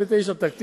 יש לנו חלוקת עבודה.